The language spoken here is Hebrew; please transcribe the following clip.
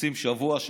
עושים שבוע-שבוע,